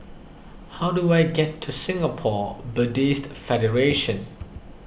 how do I get to Singapore Buddhist Federation